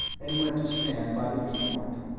and went to stand by the viewport.